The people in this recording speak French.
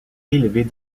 élevée